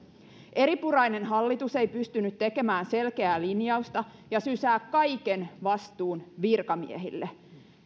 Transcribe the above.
eripurainen hallitus ei pystynyt tekemään selkeää linjausta ja sysää kaiken vastuun virkamiehille